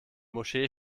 moschee